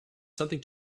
something